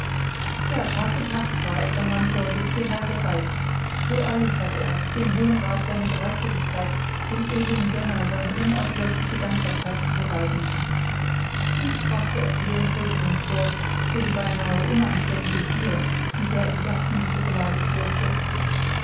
ja tag und nacht war er von mantua bis hierher gereist so eilig hatte er's dem hohen rat seine bereitwilligkeit dem edlen gönner seine unauslöschliche dankbarkeit zu beweisen dies brachte er zur entschuldigung vor für die beinahe unanständige gier mit der er die dampfende schokolade schlürfte